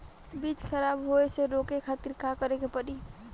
बीज खराब होए से रोके खातिर का करे के पड़ी?